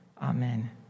Amen